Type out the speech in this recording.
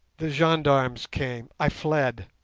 the gendarmes came. i fled.